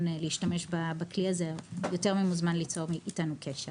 להשתמש בכלי הזה יותר ממוזמן ליצור איתנו קשר.